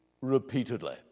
repeatedly